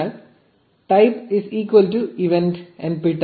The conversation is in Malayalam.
അതിനാൽ type is equal to event